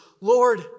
Lord